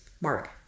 mark